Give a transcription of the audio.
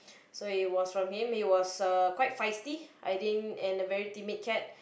so it was from him he was a quite fasting I think and a very timid cat